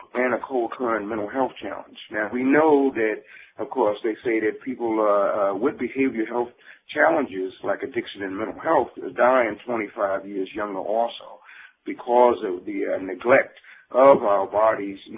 and a co-occurring mental health challenge. now we know that of course they say that people with behavioral health challenges like addiction and mental health is dying twenty five years younger also because of the neglect of our bodies, and